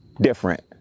different